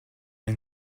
این